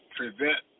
prevent